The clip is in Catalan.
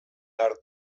art